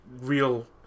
real